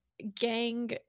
gang